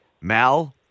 Mal